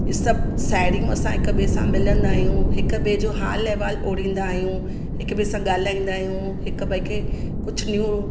ऐं सभु साहेड़ियूं असां हिक ॿिए सां मिलंदा आहियूं हिक ॿिए जो हालु अहेवाल ओढ़ींदा आहियूं हिक ॿिए सां ॻाल्हाईंदा आहियूं हिक ॿिए खे कुझु न्यू